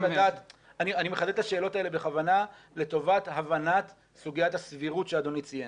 אני מחדד את השאלות האלה בכוונה לטובת הבנת סוגיית הסבירות שאדוני ציין.